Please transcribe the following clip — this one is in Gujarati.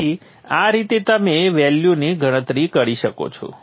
તેથી આ રીતે તમે વેલ્યુની ગણતરી કરી શકો છો